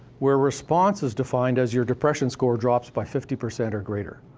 where response is defined as your depression score drops by fifty percent or greater.